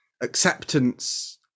acceptance